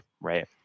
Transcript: right